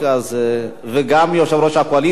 וגם יושב-ראש הקואליציה,